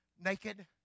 naked